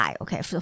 okay